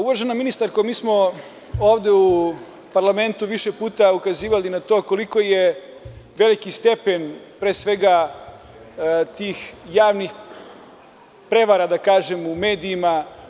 Uvažena ministarko, mi smo ovde u parlamentu više puta ukazivali na to koliko je veliki stepen, pre svega, tih javnih prevara u medijima.